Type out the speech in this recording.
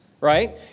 right